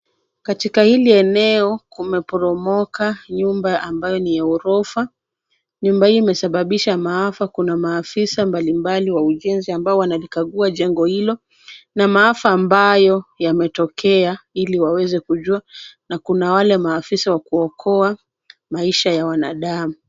Katika hili eneo, kumeporomoka nyumba ambayo ni ya ghorofa . Nyumba hii imesababisha maafa, kuna maafisa mbalimbali wa ujenzi ambao wanalikagua jengo hilo na maafa ambayo yametokea ili waweze kujua na kuna wale maafisa wa kuokoa maisha ya binadamu.